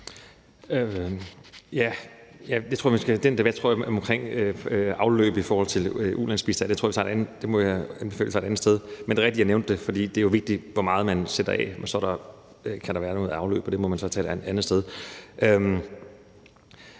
Den debat omkring afløb i forhold til ulandsbistanden tror jeg vi må tage et andet sted, men det er rigtigt, at jeg nævnte det, for det er jo vigtigt, hvor meget man sætter af, og at der så kan være noget afløb, og det må man så tage et andet sted.